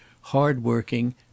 hard-working